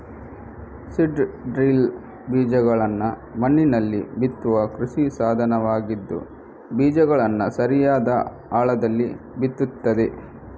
seed drill ಬೀಜಗಳನ್ನ ಮಣ್ಣಿನಲ್ಲಿ ಬಿತ್ತುವ ಕೃಷಿ ಸಾಧನವಾಗಿದ್ದು ಬೀಜಗಳನ್ನ ಸರಿಯಾದ ಆಳದಲ್ಲಿ ಬಿತ್ತುತ್ತದೆ